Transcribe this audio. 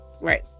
right